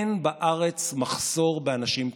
אין בארץ מחסור באנשים טובים.